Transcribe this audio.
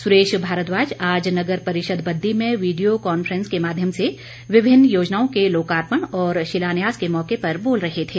सुरेश भारद्वाज आज नगर परिषद बददी में वीडियो कॉन्फ्रेंस के माध्यम से विभिन्न योजनाओं के लोकार्पण और शिलान्यास के मौके पर बोल रहे थे